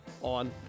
on